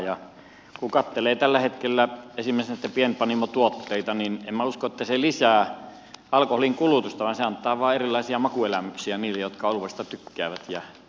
ja kun katselee tällä hetkellä esimerkiksi pienpanimotuotteita niin en minä usko että se lisää alkoholin kulutusta vaan se antaa vain erilaisia makuelämyksiä niille jotka oluesta tykkäävät ja kuulun heihin